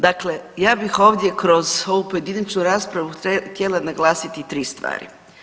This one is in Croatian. Dakle, ja bih ovdje kroz ovu pojedinačnu raspravu htjela naglasiti tri stvari.